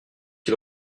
ils